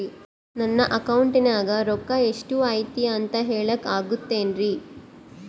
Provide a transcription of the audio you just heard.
ನನ್ನ ಅಕೌಂಟಿನ್ಯಾಗ ರೊಕ್ಕ ಎಷ್ಟು ಐತಿ ಅಂತ ಹೇಳಕ ಆಗುತ್ತೆನ್ರಿ?